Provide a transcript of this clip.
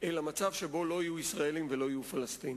אלא מצב שבו לא יהיו ישראלים ולא יהיו פלסטינים.